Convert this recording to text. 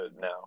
now